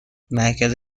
مرکز